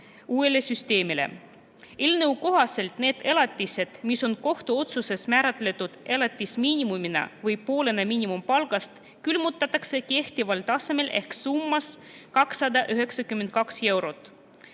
uuele süsteemile. Eelnõu kohaselt need elatised, mis on kohtuotsuses määratletud elatusmiinimumina või poolena miinimumpalgast, külmutatakse kehtival tasemel ehk summas 292 eurot.